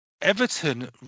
Everton